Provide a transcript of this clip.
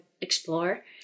explore